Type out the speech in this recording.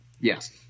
Yes